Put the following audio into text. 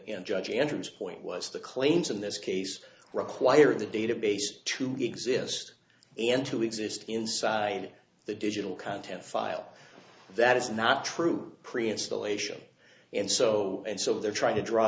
in judge andrew's point was the claims in this case require the database to exist and to exist inside the digital content file that is not true pre install asia and so and so they're trying to draw